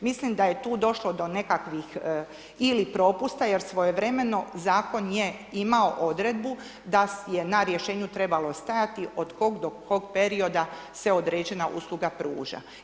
Mislim da je tu došlo do nekakvih ili propusta jer svojevremeno je zakon imao odredbu, da je na rješenju trebalo stajati od kog do kog perioda se određena usluga pruža.